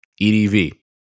EDV